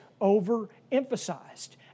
overemphasized